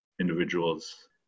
individuals